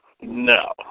No